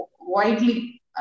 widely